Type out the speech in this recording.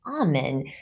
Amen